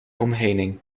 omheining